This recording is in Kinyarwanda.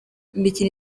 imikino